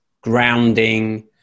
grounding